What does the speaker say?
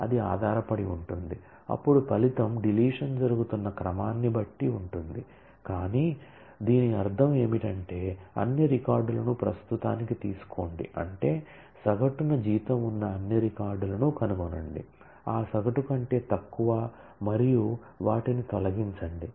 అది ఆధారపడి ఉంటుంది అప్పుడు ఫలితం డిలీషన్ జరుగుతున్న క్రమాన్ని బట్టి ఉంటుంది కాని దీని అర్థం ఏమిటంటే అన్ని రికార్డులను ప్రస్తుతానికి తీసుకోండి అంటే సగటున జీతం ఉన్న అన్ని రికార్డులను కనుగొనండి ఆ సగటు కంటే తక్కువ మరియు వాటిని తొలగించండి